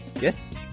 yes